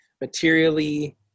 materially